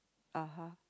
(uh huh)